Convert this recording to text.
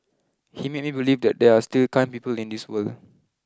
he made me believe that there are still kind people in this world